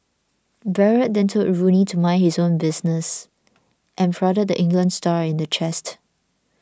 Barrett then told Rooney to mind his own business and prodded the England star in the chest